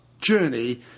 journey